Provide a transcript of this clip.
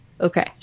Okay